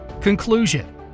Conclusion